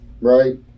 right